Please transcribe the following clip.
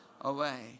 away